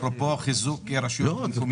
אפרופו חיזוק רשויות,